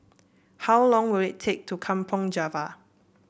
how long will it take to Kampong Java